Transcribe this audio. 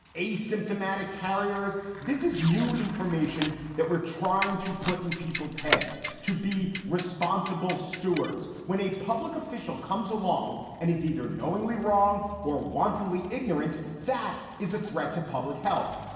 asymptomatic carriers. this is new information that we're trying to put in people's heads to be responsible stewards. when a public official comes along and is either knowingly wrong or wantonly ignorant. that is a threat to public health.